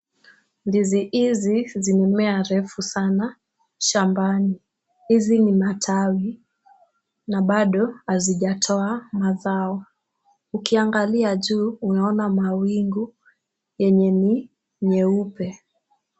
Ndizi hizi zimemea refu sana shambani. Hizi ni matawi na bado hazijatoa mazao. Ukiangalia juu unaona mawingu yenye ni nyeupe.